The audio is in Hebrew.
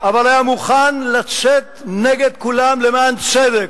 אבל היה מוכן לצאת נגד כולם למען צדק.